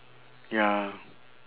ya